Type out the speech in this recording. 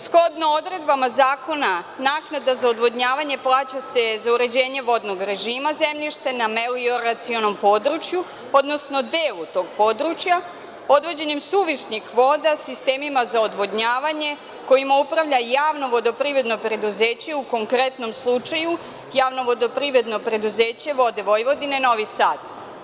Shodno odredbama zakona, naknada za odvodnjavanje plaća se za uređenje vodnog režima zemljišta na melioracionom području, odnosno delu tog područja, odvođenjem suvišnih voda sistemima za odvodnjavanje kojima upravlja javno vodoprivredno preduzeće, u konkretnom slučaju Javno vodoprivredno preduzeće „Vode Vojvodine“ Novi Sad.